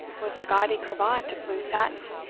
was the gaudy cravat of blue satin,